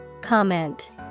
Comment